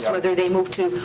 whether they move to.